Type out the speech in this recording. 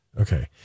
Okay